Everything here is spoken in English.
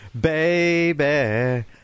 Baby